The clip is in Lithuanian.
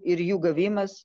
ir jų gavimas